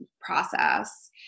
process